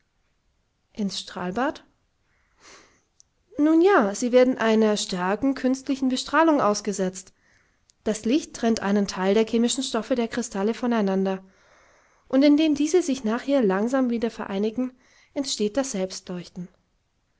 nun ja sie werden einer starken künstlichen bestrahlung ausgesetzt das licht trennt einen teil der chemischen stoffe der kristalle voneinander und indem diese sich nachher langsam wieder vereinigen entsteht das